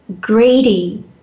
greedy